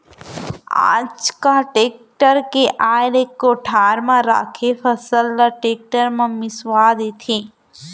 आज काल टेक्टर के आए ले कोठार म राखे फसल ल टेक्टर म मिंसवा देथे